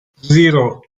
zero